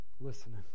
listening